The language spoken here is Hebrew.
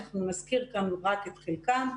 נזכיר כאן רק את חלקם: